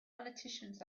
politicians